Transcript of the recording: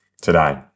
today